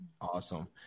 Awesome